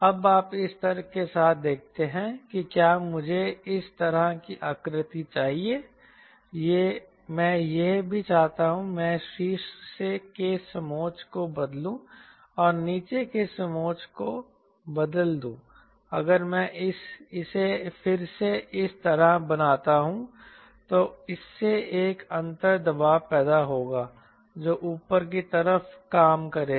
अब आप इस तर्क के साथ देखते हैं कि क्या मुझे इस तरह की आकृति चाहिए मैं यह भी चाहता हूं कि मैं शीर्ष के समोच्च को बदलूं और नीचे के समोच्च को बदल दूं अगर मैं इसे फिर से इस तरह बनाता हूं तो इससे एक अंतर दबाव पैदा होगा जो ऊपर की तरफ काम करेगा